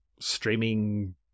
streaming